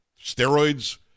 steroids